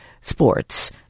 sports